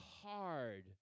hard